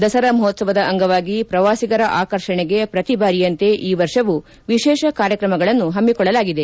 ದಸರಾ ಮಹೋತ್ಸವದ ಅಂಗವಾಗಿ ಪ್ರವಾಸಿಗರ ಆಕರ್ಷಣೆಗೆ ಪ್ರತಿ ಬಾರಿಯಂತೆ ಈ ವರ್ಷವೂ ವಿಶೇಷ ಕಾರ್ಯಕ್ರಮಗಳನ್ನು ಪಮ್ಮಿಕೊಳ್ಳಲಾಗಿದೆ